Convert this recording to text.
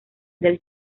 del